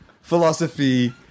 philosophy